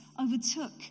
overtook